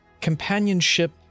companionship